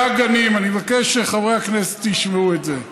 95 גנים, אני מבקש שחברי הכנסת ישמעו את זה,